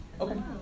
Okay